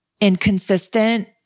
inconsistent